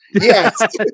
Yes